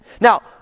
Now